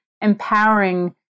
empowering